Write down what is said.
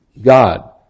God